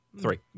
Three